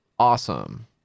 awesome